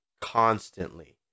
constantly